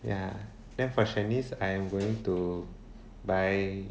ya then therefore shanice I'm going to buy